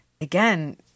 again